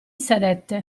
sedette